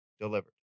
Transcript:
delivered